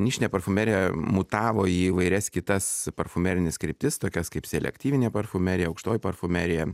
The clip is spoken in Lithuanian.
nišinė parfumerija mutavo į įvairias kitas parfumerines kryptis tokias kaip selektyvinė parfumerija aukštoji parfumerija